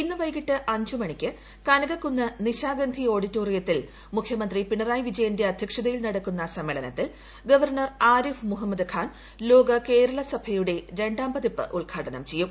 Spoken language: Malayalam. ഇന്ന് വൈകിട്ട് അഞ്ച് മണിക്ക് കനക ക്കുന്ന് നിശാഗന്ധി ഓഡിറ്റോറിയത്തിൽ മുഖ്യമന്ത്രി പിണറായി വിജയന്റെ അധ്യക്ഷതയിൽ നടക്കുന്ന സമ്മേളനത്തിൽ ഗവർണർ ആരിഫ് മുഹമ്മദ് ഖാൻ ലോക കേരള സഭയുടെ രണ്ടാം പതിപ്പ് ഉദ്ഘാടനം ചെയ്യും